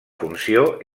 funció